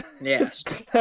Yes